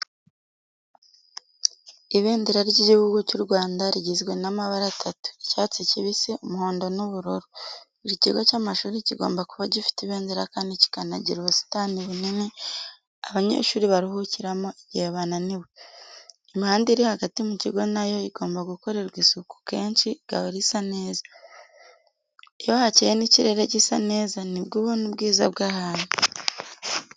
Ibendera ry'igihugu cy'u Rwanda rigizwe n'amabara atatu: icyatsi kibisi, umuhondo n'ubururu. Buri kigo cy'amashuri kigomba kuba gifite ibendera kandi kikanagira ubusitani bunini abanyeshuri baruhukiramo igihe bananiwe. Imihanda iri hagati mu kigo na yo igomba gukorerwa isuku kenshi igahora isa neza. Iyo hakeye n'ikirere gisa neza nibwo ubona ubwiza bw'ahantu.